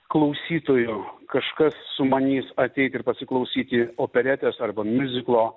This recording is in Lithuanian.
klausytojų kažkas sumanys ateit ir pasiklausyti operetės arba miuziklo